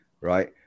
right